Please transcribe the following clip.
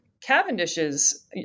cavendish's